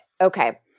Okay